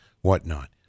whatnot